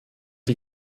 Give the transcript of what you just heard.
die